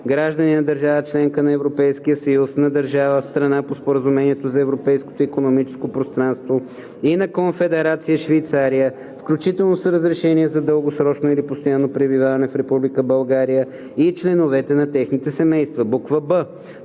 граждани на държава – членка на Европейския съюз, на държава – страна по Споразумението за Европейското икономическо пространство, и на Конфедерация Швейцария, включително с разрешение за дългосрочно или постоянно пребиваване в Република България и членовете на техните семейства; б)